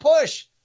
push